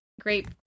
great